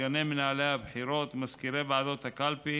סגני מנהלי הבחירות, מזכירי ועדות הקלפי